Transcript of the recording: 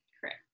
Correct